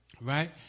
right